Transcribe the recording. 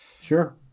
sure